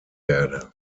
werde